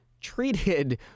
treated